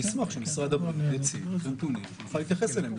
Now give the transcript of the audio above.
אני אשמח שמשרד הבריאות יציג את הנתונים ונוכל להתייחס אליהם.